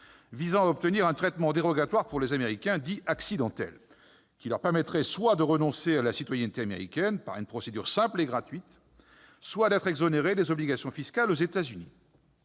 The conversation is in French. afin d'obtenir un traitement dérogatoire pour les « Américains accidentels », qui leur permettrait soit de renoncer à la citoyenneté américaine par une procédure simple et gratuite, soit d'être exonérés des obligations fiscales aux États-Unis.